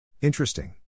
Interesting